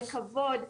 לכבוד,